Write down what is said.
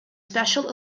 special